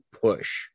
push